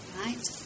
right